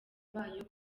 bayo